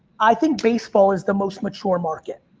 i think baseball is the most mature market.